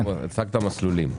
הצגת מסלולים,